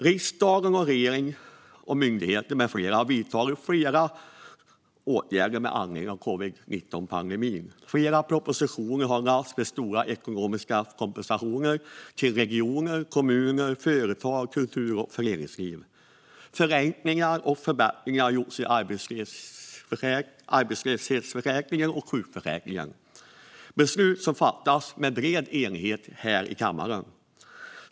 Riksdag, regering, myndigheter med flera har vidtagit flera åtgärder med anledning av covid-19-pandemin. Flera propositioner har lagts fram som inneburit stora ekonomiska kompensationer till regioner, kommuner, företag och kultur och föreningsliv. Förenklingar och förbättringar har gjorts i arbetslöshetsförsäkringen och sjukförsäkringen - beslut som har fattats med bred enighet i riksdagen.